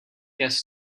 guest